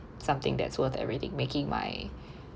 something that's worth already making my